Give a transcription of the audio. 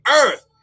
earth